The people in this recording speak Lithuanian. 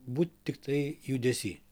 būt tiktai judesį